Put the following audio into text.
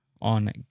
on